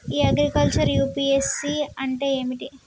ఇ agriculture UPSC అంటే ఏమిటి?